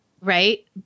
Right